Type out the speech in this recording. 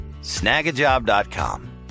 snagajob.com